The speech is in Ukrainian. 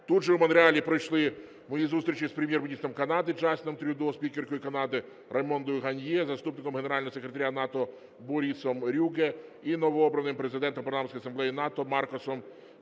Тут же в Монреалі пройшли мої зустрічі з Прем'єр-міністром Канади Джастіном Трюдо, спікеркою Канади Раймондою Ганьє, заступником генерального секретаря НАТО Борісом Рюге і новообраним Президентом Парламентської асамблеї НАТО Маркосом